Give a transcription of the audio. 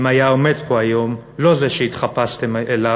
אם היה עומד פה היום, לא זה שהתחפשתם אליו,